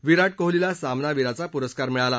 विराट कोहलीला सामनावीराचा पुरस्कार मिळाला